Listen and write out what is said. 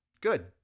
good